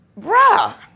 Bruh